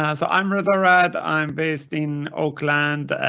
ah so i'm rather odd. i'm based in oakland,